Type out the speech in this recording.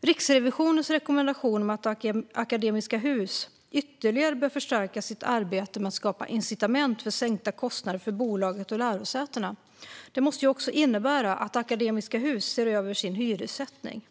Riksrevisionens rekommendation att Akademiska Hus ytterligare bör förstärka sitt arbete med att skapa incitament för sänkta kostnader för bolaget och lärosätena måste också innebära att Akademiska Hus ser över sin hyressättning.